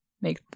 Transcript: make